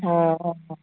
अह अह